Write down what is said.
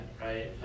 right